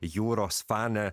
jūros fanė